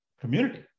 community